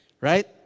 right